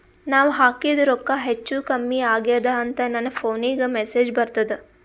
ನಾವ ಹಾಕಿದ ರೊಕ್ಕ ಹೆಚ್ಚು, ಕಮ್ಮಿ ಆಗೆದ ಅಂತ ನನ ಫೋನಿಗ ಮೆಸೇಜ್ ಬರ್ತದ?